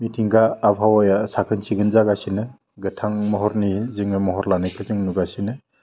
मिथिंगा आबहावाया साखोन सिखोन जागासिनो गोथां महरनि जोङो महर लानायखौ जों नुगासिनो